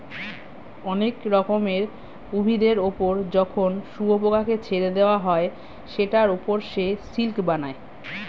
অনেক রকমের উভিদের ওপর যখন শুয়োপোকাকে ছেড়ে দেওয়া হয় সেটার ওপর সে সিল্ক বানায়